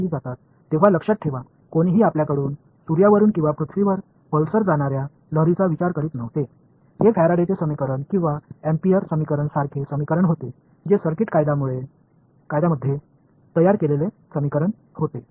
மேலும் இந்த சமன்பாடுகள் வடிவமைக்கப்பட்டபோது சூரியனிலிருந்து பூமிக்கு அல்லது சில பல்சரிலிருந்து பூமிக்கு பயணிக்கும் அலை பற்றி யாரும் யோசிக்கவில்லை ஃபாரடேயின் Faraday's சமன்பாடு அல்லது ஆம்பியர்ஸ் சமன்பாடு போன்ற இந்த சமன்பாடுகள் இது சர்கியூட் லா படி கட்டமைக்கப்பட்ட சமன்பாடாகும்